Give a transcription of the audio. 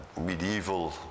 medieval